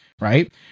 right